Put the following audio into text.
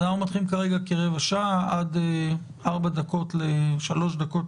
אז אנחנו נותנים כרבע שעה, עד שלוש דקות